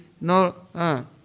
no